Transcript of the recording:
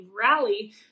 rally